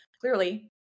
clearly